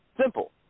simple